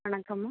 வணக்கம்மா